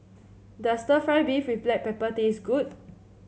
does stir fry beef with Black Pepper taste good